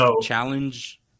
challenge